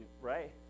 right